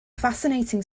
fascinating